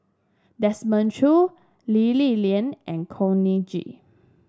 Desmond Choo Lee Li Lian and Khor Ean Ghee